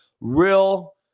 real